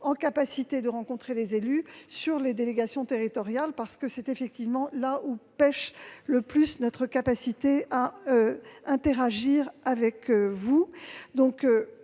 capables de rencontrer les élus dans les délégations territoriales, parce que c'est effectivement en ce domaine que pêche notre capacité à interagir avec vous.